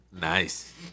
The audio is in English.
Nice